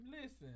Listen